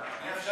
אני מציע,